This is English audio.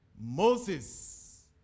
Moses